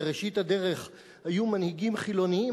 בראשית הדרך היו מנהיגים חילוניים,